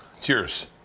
Cheers